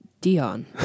Dion